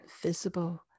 visible